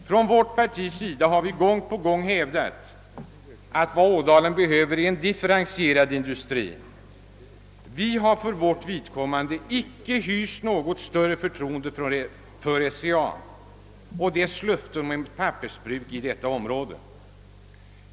Från vårt partis sida har vi gång på gång hävdat, att vad Ådalen behöver är en differentierad industri. Vi har för vårt vidkommande inte hyst något större förtroende för SCA och dess löften om ett pappersbruk i detta område.